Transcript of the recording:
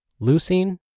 leucine